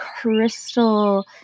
crystal